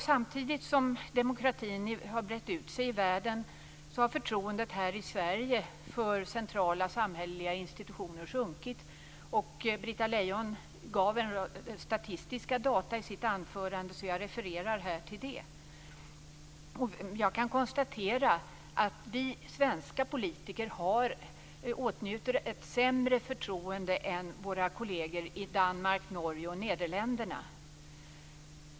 Samtidigt som demokratin har brett ut sig i världen har förtroendet här i Sverige för centrala samhälleliga institutioner sjunkit. Britta Lejon gav en rad statistiska data i sitt anförande. Jag refererar här till dem. Jag kan konstatera att vi svenska politiker åtnjuter ett sämre förtroende än våra kolleger i Danmark, Norge och Nederländerna.